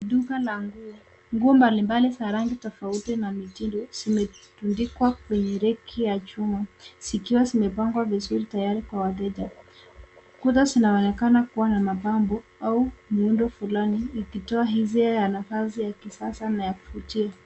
Duka la nguo. Nguo mbalimbali za rangi tofauti na mitindo zimetundikwa kwenye reki ya chuma zikiwa zimepangwa vizuri tayari kwa wateja. Kuta zinaonekana kuwa na mapambo au muundo fulani ikitoa hisia ya nafasi ya kisasa na ya kuvutia.